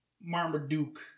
Marmaduke